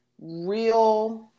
real